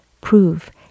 prove